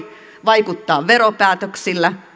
vaikuttaa veropäätöksillä